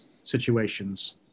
situations